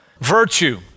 virtue